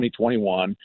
2021